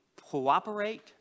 Cooperate